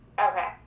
Okay